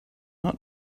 not